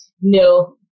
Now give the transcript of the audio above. no